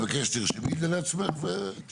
אני מבקש שתרשמי את זה לעצמך ותזכרו.